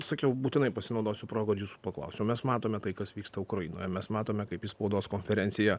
sakiau būtinai pasinaudosiu proga ir jūsų paklausiu mes matome tai kas vyksta ukrainoje mes matome kaip į spaudos konferenciją